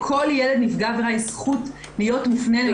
לכל ילד נפגע עבירה יש זכות להיות מופנה למרכז הגנה.